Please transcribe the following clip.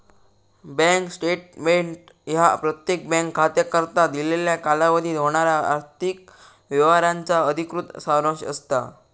bank statement ह्या प्रत्येक bank खात्याकरता दिलेल्या कालावधीत होणारा आर्थिक व्यवहारांचा अधिकृत सारांश असता